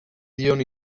dion